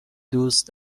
دوست